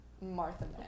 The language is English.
Martha